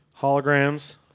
holograms